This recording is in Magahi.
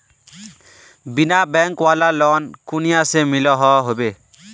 बिना बैंक वाला लोन कुनियाँ से मिलोहो होबे?